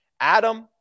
Adam